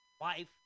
wife